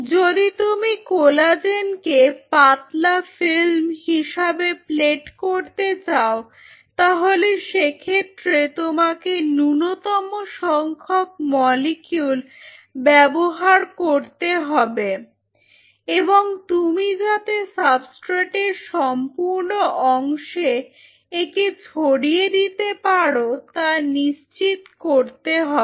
যদি তুমি কোলাজেনকে পাতলা ফিল্ম হিসাবে প্লেট করতে চাও তাহলে সেক্ষেত্রে তোমাকে ন্যূনতম সংখ্যক মলিকিউল ব্যবহার করতে হবে এবং তুমি যাতে সাবস্ট্রেট এর সম্পূর্ণ অংশে একে ছড়িয়ে দিতে পারো তা নিশ্চিত করতে হবে